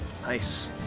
Nice